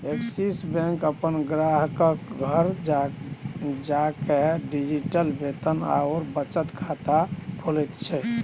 axis bank अपन ग्राहकक घर जाकए डिजिटल वेतन आओर बचत खाता खोलैत छै